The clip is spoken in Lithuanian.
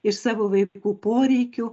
iš savo vaikų poreikių